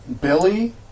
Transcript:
Billy